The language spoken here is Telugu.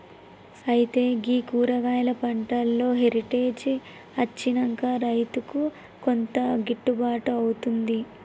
అయితే గీ కూరగాయలు పంటలో హెరిటేజ్ అచ్చినంక రైతుకు కొంత గిట్టుబాటు అవుతుంది